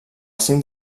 cim